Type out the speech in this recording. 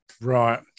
Right